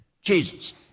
Jesus